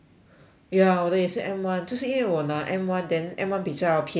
ya 我的也是 M one 就是因为我拿 M one then M one 比较便宜 mah